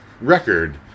record